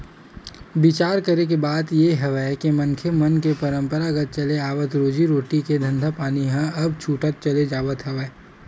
बिचार करे के बात ये हवय के मनखे मन के पंरापरागत चले आवत रोजी रोटी के धंधापानी ह अब छूटत चले जावत हवय